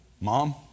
Mom